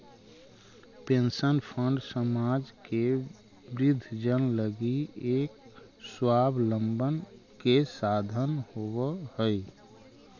pension fund समाज के वृद्धजन लगी एक स्वाबलंबन के साधन होवऽ हई